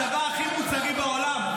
הצבא הכי מוסרי בעולם,